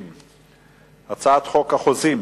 הצעת חוק החוזים